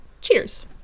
Cheers